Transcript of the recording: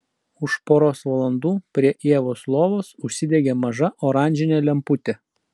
už poros valandų prie ievos lovos užsidegė maža oranžinė lemputė